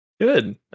Good